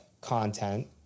content